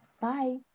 Bye